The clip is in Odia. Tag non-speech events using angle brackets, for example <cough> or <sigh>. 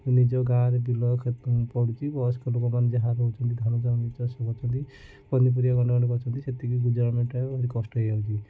ନିଜ ଗାଁରେ ବିଲ ପଡ଼ୁଛି ବୟସ୍କ ଲୋକମାନେ ଯାହା ରହୁଛନ୍ତି ଧାନ ଚାଷ କରୁଛନ୍ତି ପନିପରିବା <unintelligible> କରୁଛନ୍ତି ସେତିକି ଗୁଜୁରାଣ ମେଣ୍ଟେଇବା ଭାରି କଷ୍ଟ ହେଇଯାଉଛି